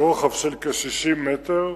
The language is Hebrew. ברוחב של כ-60 מטר.